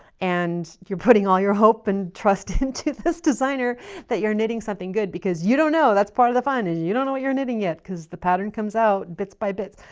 and you're putting all your hope and trust into this designer that you're knitting something good because you don't know. that's part of the fun, and you you don't know what you're knitting yet. because the pattern comes out bits by bits.